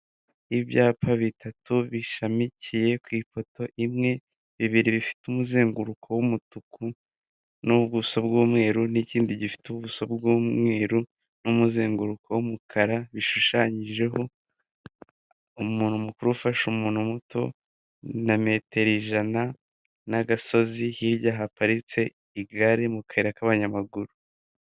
Ibyapa bitatu bishamikiye ku ifoto imwe ,bibiri bifite umuzenguruko w'umutuku n'ubuso bw'umweru n'ikindi gifite ubuso bw'umweru n'umuzenguruko w'umukara ,bishushanyijeho umuntu mukuru ufashe umuntu muto na metero ijana n'agasozi ,hirya haparitse igare mu kayira k'abanyamaguru.